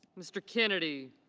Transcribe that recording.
mr. kennedy.